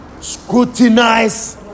scrutinize